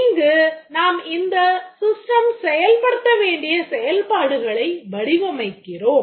இங்கு நாம் இந்த system செயல்படுத்த வேண்டிய செயல்பாடுகளை வடிவமைக்கிறோம்